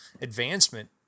advancement